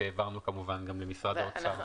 שהעברנו כמובן גם למשרד האוצר.